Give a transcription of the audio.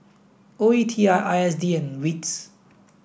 O E T I I S D and WITS